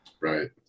right